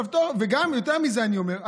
יותר מזה אני אומר.